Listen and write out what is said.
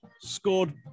scored